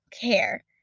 care